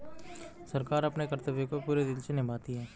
सरकार अपने कर्तव्य को पूरे दिल से निभाती है